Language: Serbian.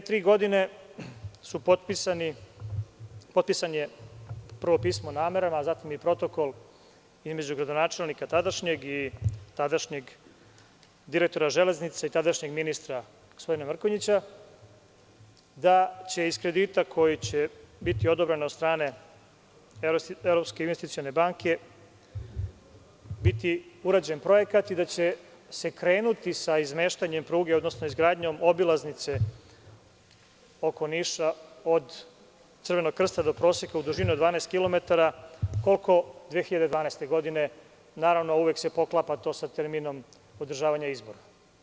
Pre tri godine je potpisano prvo pismo o namerama, a zatim i protokol između tadašnjeg gradonačelnika i direktora „Železnice“ i tadašnjeg ministra, gospodina Mrkonjića, da će iz kredita koji će biti odobren od strane Evropske investicione banke, biti urađen projekat i da će se krenuti sa izmeštanjem pruge, odnosno izgradnjom obilaznice oko Niša od Crvenog krsta, u dužini od 12 km, koliko 2012. godine, a to se uvek poklapa naravno sa terminom održavanja izbora.